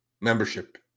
membership